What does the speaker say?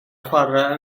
chwarae